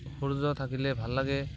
সূৰ্য থাকিলে ভাল লাগে